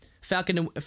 Falcon